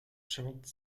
chante